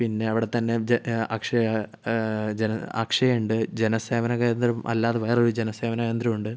പിന്നെ അവിടെത്തന്നെ ജ അക്ഷയ ജന അക്ഷയ ഉണ്ട് ജനസേവന കേന്ദ്രം അല്ലാതെ വേറൊരു ജനസേവന കേന്ദ്രം ഉണ്ട്